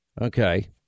Okay